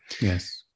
Yes